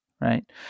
right